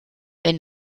wenn